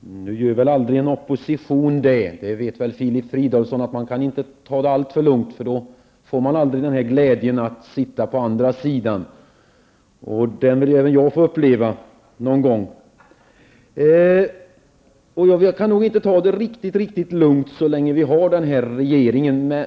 Nu gör väl aldrig en opposition det. Filip Fridolfsson vet att man inte kan ta det alltför lugnt. Då får man aldrig glädjen av att sitta på andra sidan, och den glädjen vill även jag få uppleva någon gång. Jag kan nog inte ta det riktigt lugnt så länge vi har den här regeringen.